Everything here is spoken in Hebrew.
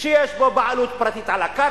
שיש בו בעלות על הקרקע,